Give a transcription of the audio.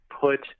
put